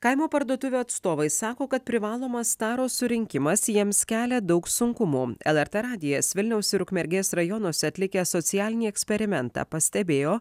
kaimo parduotuvių atstovai sako kad privalomas taros surinkimas jiems kelia daug sunkumų lrt radijas vilniaus ir ukmergės rajonuose atlikęs socialinį eksperimentą pastebėjo